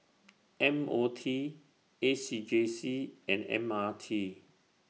M O T A C J C and M R T